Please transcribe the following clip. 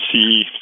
see